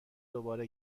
دوباره